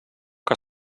que